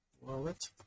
wallet